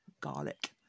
garlic